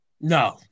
No